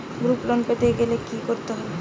Group loan পেতে গেলে কি করতে হবে?